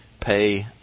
pay